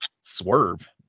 Swerve